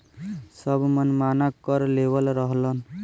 सब मनमाना कर लेवत रहलन